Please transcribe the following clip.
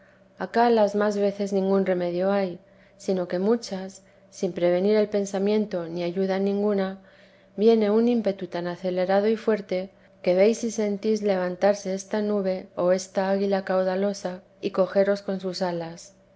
acá las más veces ningún remedio hay sino que muchas sin prevenir el pensamiento ni ayuda ninguna viene un ímpetu tan acelerado y fuerte que veis y sentís levantarse esta nube o esta águila caudalosa y cogeros con sus alas